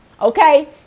okay